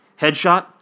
headshot